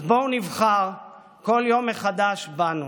אז בואו נבחר כל יום מחדש בנו.